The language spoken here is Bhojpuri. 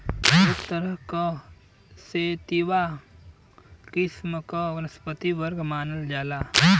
एक तरह क सेतिवा किस्म क वनस्पति वर्ग मानल जाला